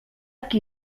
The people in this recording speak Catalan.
qui